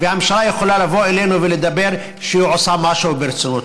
הממשלה יכולה לבוא אלינו ולומר שהיא עושה משהו ברצינות.